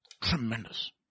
Tremendous